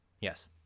Yes